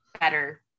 better